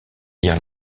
lire